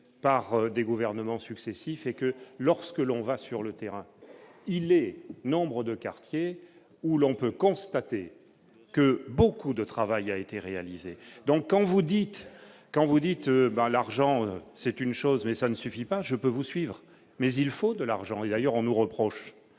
par des gouvernements successifs et que lorsque l'on va sur le terrain, il est nombres de quartiers où l'on peut constater que beaucoup de travail a été réalisé, donc quand vous dites quand vous dites : l'argent c'est une chose mais ça ne suffit pas, je peux vous suivre mais il faut de l'argent et d'ailleurs on nous reproche